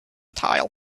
tile